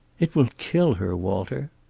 it will kill her, walter.